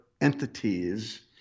entities